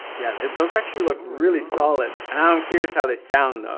yeah, those actually look really solid, and i'm curious how they sound, though.